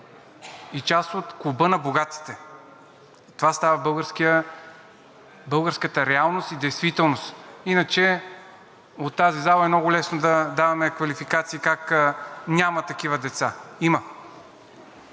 и част от клуба на богатите. Това става в българската реалност и действителност. Иначе от тази зала е много лесно да даваме квалификации как няма такива деца. Има!